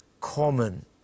common